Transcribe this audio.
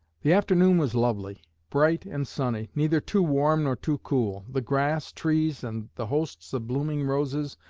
the afternoon was lovely bright and sunny, neither too warm nor too cool the grass, trees, and the hosts of blooming roses,